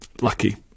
lucky